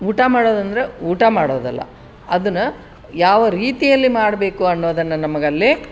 ಊಟ ಮಾಡೋದಂದರೆ ಊಟ ಮಾಡೋದಲ್ಲ ಅದನ್ನು ಯಾವ ರೀತಿಯಲ್ಲಿ ಮಾಡಬೇಕು ಅನ್ನೋದನ್ನು ನಮಗಲ್ಲಿ